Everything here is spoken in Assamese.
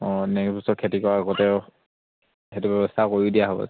অঁ নেক্স বছৰ খেতি কৰ আগতে সেইটো ব্যৱস্থা কৰি দিয়া হ'ব